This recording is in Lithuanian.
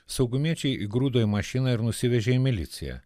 saugumiečiai įgrūdo į mašiną ir nusivežė į miliciją